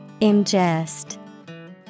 Ingest